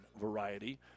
variety